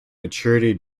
maturity